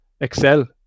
excel